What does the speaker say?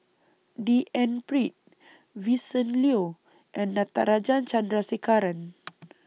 D N Pritt Vincent Leow and Natarajan Chandrasekaran